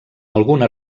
alguna